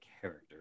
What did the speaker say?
character